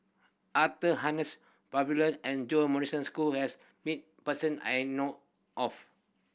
Arthur Harness and Jo Marion school has meet person I know of